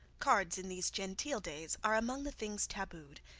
cards in these genteel days are among the things tabooed,